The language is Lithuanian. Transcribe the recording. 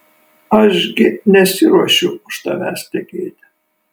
aš gi nesiruošiu už tavęs tekėti